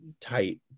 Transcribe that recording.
tight